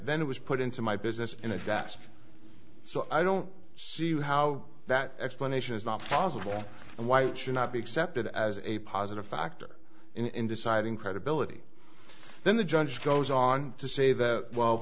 then it was put into my business in a desk so i don't see how that explanation is not possible and why it should not be accepted as a positive factor in deciding credibility then the judge goes on to say that w